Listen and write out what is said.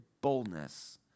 boldness